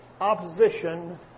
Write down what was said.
opposition